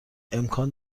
امکان